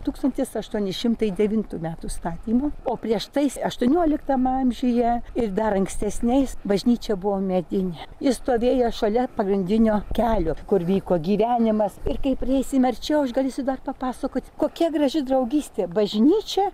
tūkstantis aštuoni šimtai devintų metų statymo o prieš tais aštuonioliktam amžiuje ir dar ankstesniais bažnyčia buvo medinė ji stovėjo šalia pagrindinio kelio kur vyko gyvenimas ir kai prieisim arčiau aš galėsiu dar papasakot kokia graži draugystė bažnyčia